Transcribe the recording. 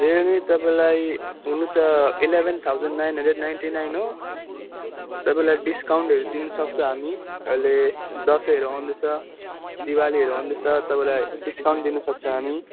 Realme तपाईँलाई हुनु त eleven thousand nine hundred ninety nine हो तपाईँलाई डिस्काउन्टहरू दिनुसक्छु हामी अहिले दसैँहरू आउँदैछ दिवालीहरू आउँदैछ तपाईँलाई डिस्काउन्ट दिनसक्छ हामी